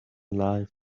life